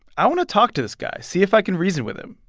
i want to talk to this guy, see if i can reason with him.